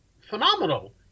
phenomenal